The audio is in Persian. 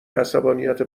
عصبانیت